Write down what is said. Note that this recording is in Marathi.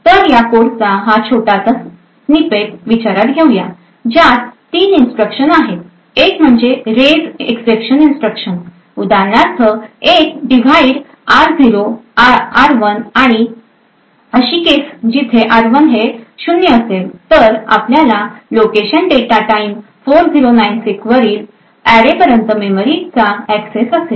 तर या कोडचा हा छोटासा स्निपेट विचारात घेऊया ज्यात 3 इन्स्ट्रक्शन्स आहेत एक म्हणजे रेज एक्सेप्शन इन्स्ट्रक्शन उदाहरणार्थ ही एक डिव्हाइड r0 r1 आणि अशी केस जिथे r1 हे शून्य असेल तर आपल्याला लोकेशन डेटा टाईम 4096 वरील अॅरेपर्यंत मेमरीचा एक्सेस असेल